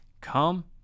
Come